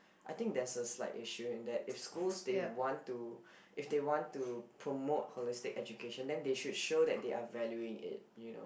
I think there's a slight issue in that if schools they want to if they want to promote holistic education then they should show that they are valuing it you know